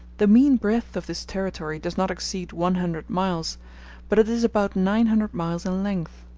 the mean breadth of this territory does not exceed one hundred miles but it is about nine hundred miles in length.